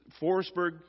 Forestburg